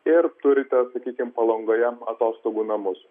ir turite sakykim palangoje atostogų namus